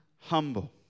humble